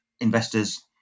investors